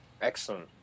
Excellent